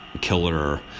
killer